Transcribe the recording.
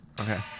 okay